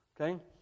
Okay